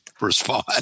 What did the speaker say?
respond